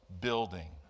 building